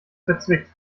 verzwickt